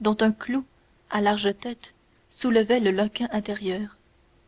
dont un clou à large tête soulevait le loquet intérieur